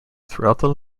throughout